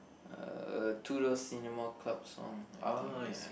uh Two Door Cinema Club song I think ya